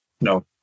No